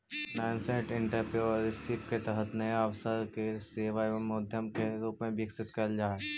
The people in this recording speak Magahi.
नासेंट एंटरप्रेन्योरशिप के तहत नया अवसर के सेवा एवं उद्यम के रूप में विकसित कैल जा हई